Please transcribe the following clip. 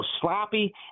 sloppy